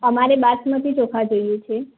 અમારે બાસમતી ચોખા જોઈએ છે